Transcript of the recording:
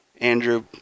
Andrew